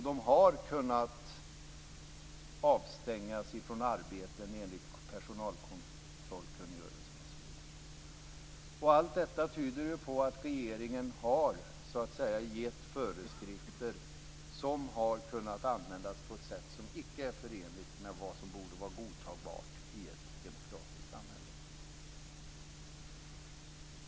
De har kunnat avstängas från arbeten enligt personalkontrollkungörelsen, osv. Allt detta tyder på att regeringen har gett föreskrifter som har kunnat användas på ett sätt som icke är förenligt med vad som borde vara godtagbart i ett demokratiskt samhälle.